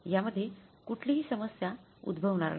यामध्ये कुठलीही समस्या उद्भवणार नाही